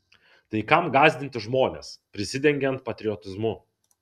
tai kam gąsdinti žmones prisidengiant patriotizmu